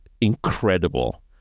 incredible